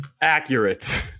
accurate